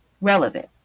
relevant